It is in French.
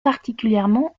particulièrement